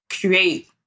create